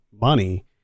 money